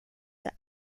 that